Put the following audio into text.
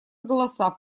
голоса